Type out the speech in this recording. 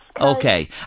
Okay